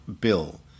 Bill